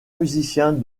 musiciens